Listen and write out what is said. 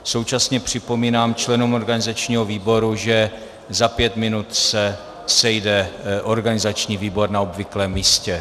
Současně připomínám členům organizačního výboru, že za pět minut se sejde organizační výbor na obvyklém místě.